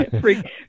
freak